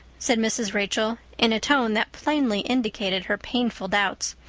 said mrs. rachel in a tone that plainly indicated her painful doubts.